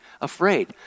afraid